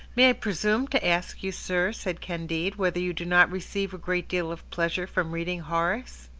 may i presume to ask you, sir, said candide, whether you do not receive a great deal of pleasure from reading horace?